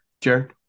Jared